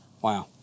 Wow